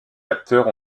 acteurs